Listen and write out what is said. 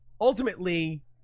ultimately